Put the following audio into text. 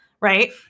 right